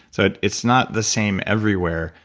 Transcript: but it's not the same everywhere,